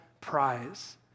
prize